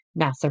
NASA